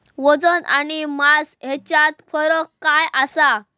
वजन आणि मास हेच्यात फरक काय आसा?